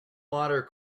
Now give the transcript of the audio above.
water